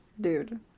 dude